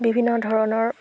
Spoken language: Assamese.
বিভিন্ন ধৰণৰ